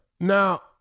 Now